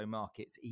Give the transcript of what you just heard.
markets